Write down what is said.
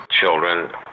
children